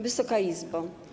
Wysoka Izbo!